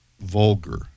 vulgar